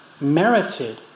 merited